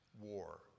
war